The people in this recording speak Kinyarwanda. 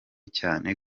cyane